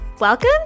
Welcome